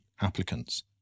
applicants